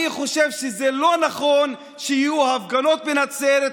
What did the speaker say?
אני חושב שזה לא נכון שיהיו הפגנות בנצרת,